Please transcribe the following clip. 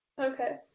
okay